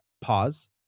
pause